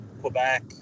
Quebec